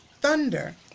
thunder